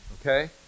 Okay